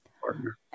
partner